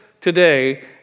today